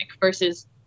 versus